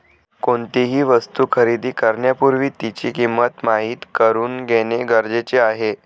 कोणतीही वस्तू खरेदी करण्यापूर्वी तिची किंमत माहित करून घेणे गरजेचे आहे